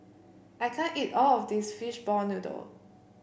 I can't eat all of this Fishball Noodle